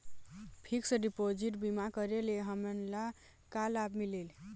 Fix deposit बीमा करे ले हमनला का लाभ मिलेल?